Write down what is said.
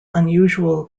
unusual